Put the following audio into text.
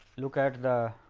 look at the